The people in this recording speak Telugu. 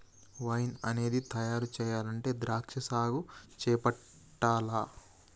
వైన్ అనేది తయారు చెయ్యాలంటే ద్రాక్షా సాగు చేపట్టాల్ల